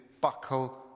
buckle